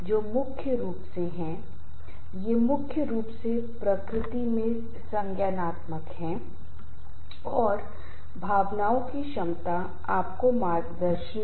और यह गतिशील संतुलन को परेशान करता है जिसे समस्तीहि होमियोस्टेसिस homeostatic कहा जाता है और यह शारीरिक समस्याओं भावनात्मक उथल पुथल और प्रतिकूल मानसिक स्वास्थ्य का कारण बनता है